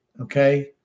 okay